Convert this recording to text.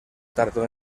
tardó